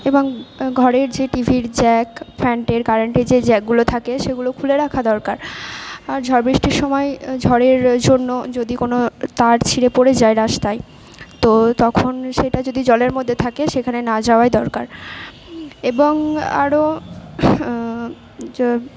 এবং ঘরের যে টিভির জ্যাক ফ্যান্টের কারন্টের যে জ্যাকগুলো থাকে সেগুলো খুলে রাখা দরকার আর ঝড় বৃষ্টির সময় ঝড়ের জন্য যদি কোনো তার ছিঁড়ে পড়ে যায় রাস্তায় তো তখন সেটা যদি জলের মধ্যে থাকে সেখানে না যাওয়াই দরকার এবং আরও